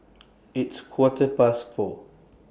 its Quarter Past four